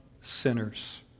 sinners